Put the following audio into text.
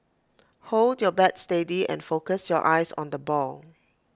hold your bat steady and focus your eyes on the ball